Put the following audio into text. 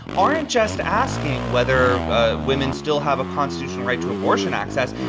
aren't just asking whether ah women still have a constitutional right to abortion access,